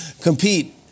compete